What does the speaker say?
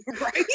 right